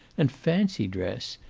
and fancy dress!